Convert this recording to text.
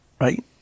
right